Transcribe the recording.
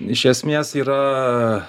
iš esmės yra